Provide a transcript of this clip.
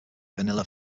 vanilla